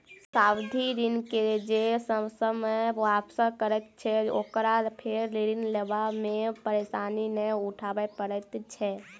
सावधि ऋण के जे ससमय वापस करैत छै, ओकरा फेर ऋण लेबा मे परेशानी नै उठाबय पड़ैत छै